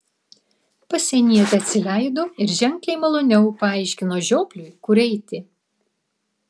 pasienietė atsileido ir ženkliai maloniau paaiškino žiopliui kur eiti